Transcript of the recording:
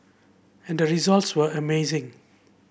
and the results were amazing